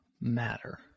matter